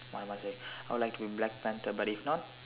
what am I saying I would like to be black panther but if not